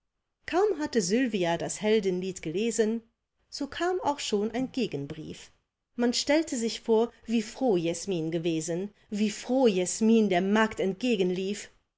kaum hatte sylvia das heldenlied gelesen so kam auch schon ein gegenbrief man stellte sich vor wie froh jesmin gewesen wie froh jesmin der magd entgegenlief